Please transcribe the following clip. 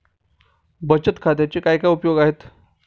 बचत खात्याचे काय काय उपयोग आहेत?